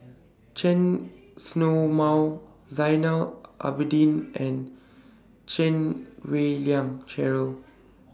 Chen Snow Mao Zainal Abidin and Chan Wei Ling Cheryl